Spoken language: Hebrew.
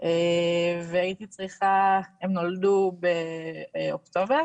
והייתי צריכה, הם נולדו באוקטובר